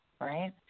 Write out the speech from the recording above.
right